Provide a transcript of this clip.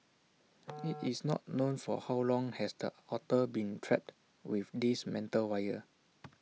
IT is not known for how long has the otter been trapped with this metal wire